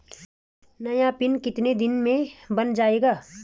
नया पिन कितने दिन में बन जायेगा?